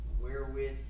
Wherewith